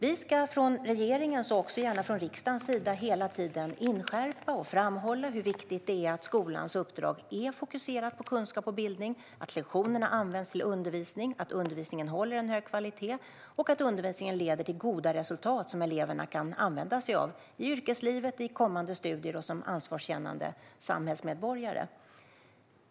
Vi ska från regeringens, och gärna också från riksdagens, sida hela tiden inskärpa och framhålla hur viktigt det är att skolans uppdrag är fokuserat på kunskap och bildning, att lektionerna används till undervisning, att undervisningen håller en hög kvalitet och att undervisningen leder till goda resultat som eleverna kan använda sig av i yrkeslivet, i kommande studier och som ansvarskännande samhällsmedborgare.